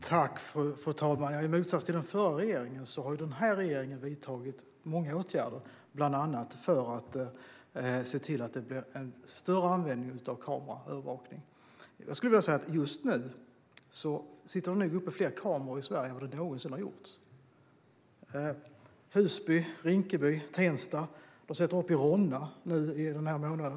Fru talman! I motsats till den förra regeringen har den här regeringen vidtagit många åtgärder, bland annat för att se till att det blir en större användning av kameraövervakning. Jag skulle vilja säga att det just nu nog sitter uppe fler kameror i Sverige än vad det någonsin har gjort. De finns i Husby, Rinkeby och Tensta. Det sätts upp kameror i Ronna under denna månad.